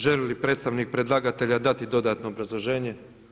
Želi li predstavnik predlagatelja dati dodatno obrazloženje?